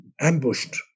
ambushed